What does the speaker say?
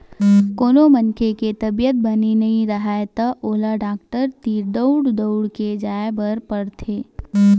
कोनो मनखे के तबीयत बने नइ राहय त ओला डॉक्टर तीर दउड़ दउड़ के जाय बर पड़थे